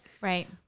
Right